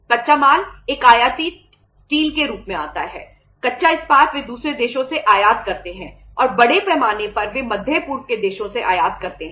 कच्चा माल एक आयातित स्टील के रूप में आता है कच्चा इस्पात वे दूसरे देशों से आयात करते हैं और बड़े पैमाने पर वे मध्य पूर्व के देशों से आयात करते हैं